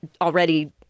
already